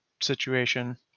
situation